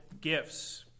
gifts